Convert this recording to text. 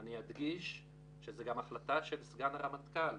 אני אדגיש שזו גם החלטה של סגן הרמטכ"ל